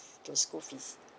the school fees